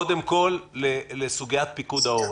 קודם כול לסוגיית פיקוד העורף.